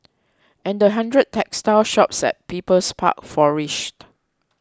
and the hundred textile shops at People's Park flourished